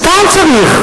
סתם צריך,